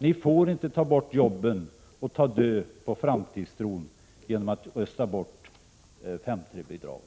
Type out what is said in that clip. Ni får inte ta bort jobben och ta död på framtidstron genom att rösta bort § 5:3 bidragen.”